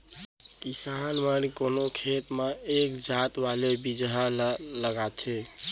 किसान मन कोनो खेत म एक जात वाले बिजहा ल लगाथें